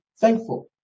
thankful